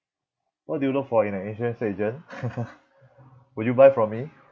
what do you look for in an insurance agent will you buy from me